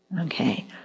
Okay